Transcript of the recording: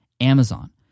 Amazon